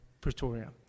Pretoria